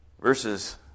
verses